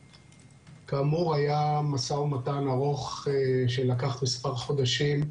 כאמור, היה משא ומתן ארוך שלקח מספר חודשים,